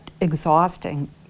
exhausting